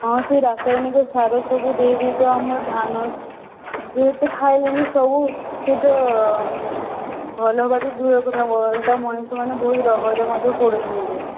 ହଁ ସେ ରାସାୟନିକ ସାର ସବୁ ଦେଇ ଦେଇକା ତ ଆମ ଧାନ ଯେଉଁଠି ଖାଇଲେଣି ସବୁ ସେ ଯେଉଁ ଭଲ ହେବା ତ ଦୂରର କଥା ଓଲ୍ଟା ମଣିଷ ମାନେ ବହୁ ରୋଗରେ ମଧ୍ୟ ପଡ଼ୁଛନ୍ତି